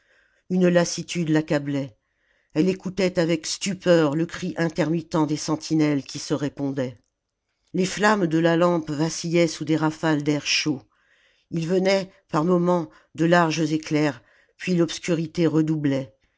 une lassitude l'accablait elle écoutait avec stupeur le cri intermittent des sentinelles qui se répondaient les flammes de la lampe vacillaient sous des rafales d'air chaud il venait par moments de larges éclairs puis l'obscurité redoublait